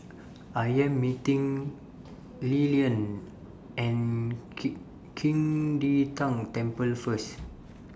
I Am meeting Lilyan At Qing De Tang Temple First